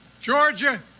Georgia